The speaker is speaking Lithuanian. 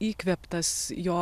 įkvėptas jo